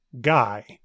guy